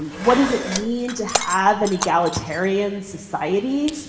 and what does it mean to have an egalitarian society?